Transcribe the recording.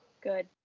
Good